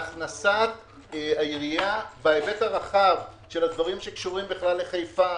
והכנסת העירייה בהיבט הרחב של הדברים שקשורים לחיפה